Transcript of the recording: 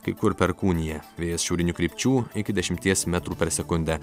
kai kur perkūnija vėjas šiaurinių krypčių iki dešimties metrų per sekundę